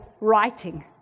writing